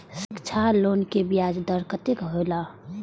शिक्षा लोन के ब्याज दर कतेक हौला?